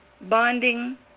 bonding